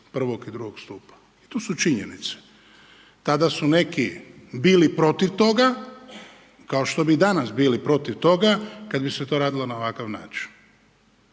iz I. i II. stupa. I to su činjenice. Tada su neki bili protiv toga, kao što bi danas bili protiv toga kad bi se to radilo na ovakav način.